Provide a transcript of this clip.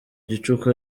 gicuku